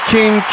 King